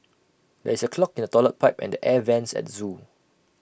there is A clog in the Toilet Pipe and the air Vents at the Zoo